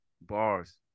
Bars